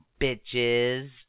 bitches